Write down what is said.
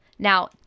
Now